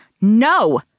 no